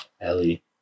Ellie